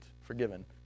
forgiven